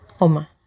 Oma